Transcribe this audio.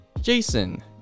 Jason